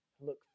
look